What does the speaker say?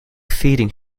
feeding